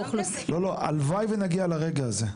--- הלוואי ונגיע לרגע הרגע,